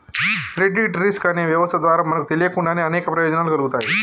credit risk అనే వ్యవస్థ ద్వారా మనకు తెలియకుండానే అనేక ప్రయోజనాలు కల్గుతాయి